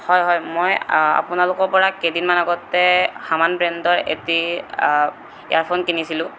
হয় হয় মই আপোনালোকৰপৰা কেইদিনমান আগতে হামান ব্ৰেণ্ডৰ এটি এয়াৰফোন কিনিছিলোঁ